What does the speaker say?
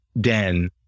den